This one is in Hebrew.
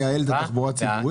מה גובה ההוצאות?